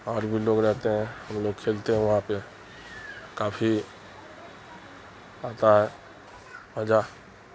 اور بھی لوگ رہتے ہیں ہم لوگ کھیلتے ہیں وہاں پہ کافی آتا ہے مزہ